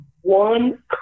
one